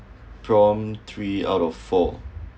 prompt three out of four